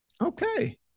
Okay